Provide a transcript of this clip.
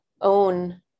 own